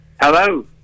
Hello